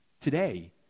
today